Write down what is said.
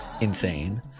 insane